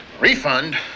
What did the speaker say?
Refund